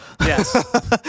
yes